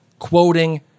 quoting